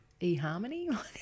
eHarmony